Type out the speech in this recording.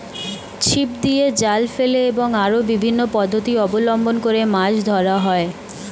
ছিপ দিয়ে, জাল ফেলে এবং আরো বিভিন্ন পদ্ধতি অবলম্বন করে মাছ ধরা হয়